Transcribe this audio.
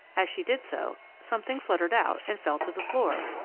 as she did so, something fluttered out and fell to the floor.